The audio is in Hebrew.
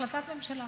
החלטת הממשלה